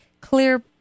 clear